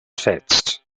fetzt